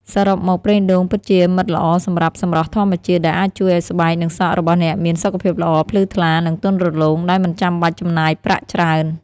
សរុបមក ប្រេងដូងពិតជាមិត្តល្អសម្រាប់សម្រស់ធម្មជាតិ ដែលអាចជួយឱ្យស្បែកនិងសក់របស់អ្នកមាន សុខភាពល្អ ភ្លឺថ្លា និងទន់រលោង ដោយមិនចាំបាច់ចំណាយប្រាក់ច្រើន។